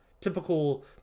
typical